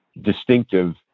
distinctive